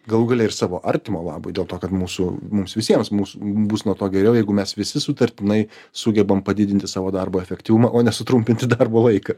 galų gale ir savo artimo labui dėl to kad mūsų mums visiems mūsų bus nuo to geriau jeigu mes visi sutartinai sugebam padidinti savo darbo efektyvumą o ne sutrumpinti darbo laiką